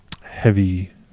heavy